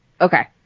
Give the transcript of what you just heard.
Okay